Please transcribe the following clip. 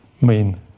main